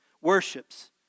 worships